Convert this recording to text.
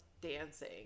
dancing